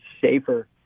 safer